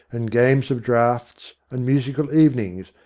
and games of draughts, and musical evenings,